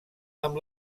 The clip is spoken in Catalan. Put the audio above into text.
amb